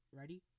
ready